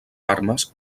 armes